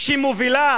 שמובילה